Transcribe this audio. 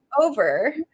over